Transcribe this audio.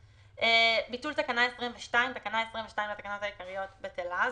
ביטול תקנה 226. תקנה 22 לתקנות העיקריות בטלה.